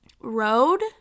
road